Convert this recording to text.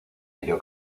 ello